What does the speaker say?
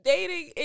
Dating